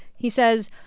he says,